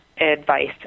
advice